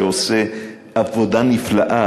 שעושה עבודה נפלאה,